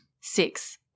Six